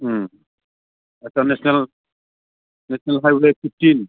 आच्चा national highway fifteen